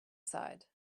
side